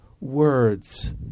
words